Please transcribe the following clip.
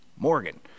Morgan